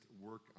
work